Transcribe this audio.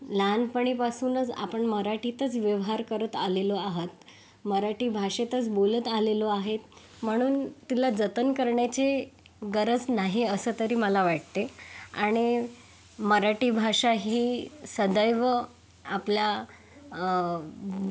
लहानपणापासूनच आपण मराठीतच व्यवहार करत आलेलो आहोत मराठी भाषेतच बोलत आलेलो आहे म्हणून तिला जतन करण्याचं गरज नाही असं तरी मला वाटते आणि मराठी भाषा ही सदैव आपला अ